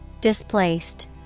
Displaced